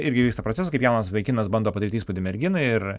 irgi vyksta procesas kaip jaunas vaikinas bando padaryt įspūdį merginai ir